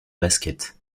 basket